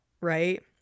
right